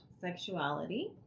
sexuality